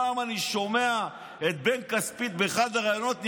פעם אני שומע את בן כספית באחד הראיונות,